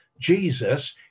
jesus